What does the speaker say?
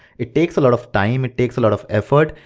it takes a lot of time, it takes a lot of effort,